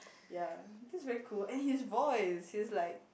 ya just very cool and his voice he's like